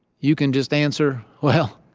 you can just answer, well,